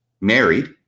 married